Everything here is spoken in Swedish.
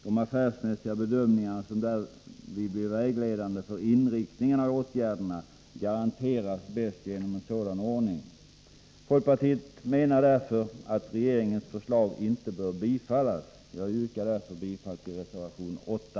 De affärsmässiga bedömningar som därvid blir vägledande för inriktningen av åtgärderna garanteras bäst genom en sådan ordning. Folkpartiet menar därför att regeringens förslag inte bör bifallas. Jag yrkar därför bifall till reservation 8.